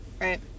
right